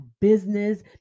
business